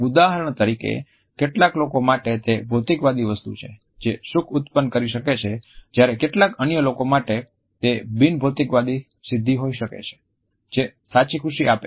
ઉદાહરણ તરીકે કેટલાક લોકો માટે તે ભૌતિકવાદી વસ્તુ છે જે સુખ ઉત્પન્ન કરી શકે છે જ્યારે કેટલાક અન્ય લોકો માટે તે બિન ભૌતિકવાદી સિદ્ધિ હોઈ શકે છે જે સાચી ખુશી આપે છે